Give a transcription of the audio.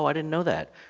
i didn't know that.